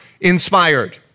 inspired